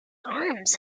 arms